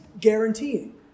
guaranteeing